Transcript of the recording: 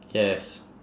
yes